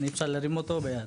אני רוצה להרים אותו, ביד.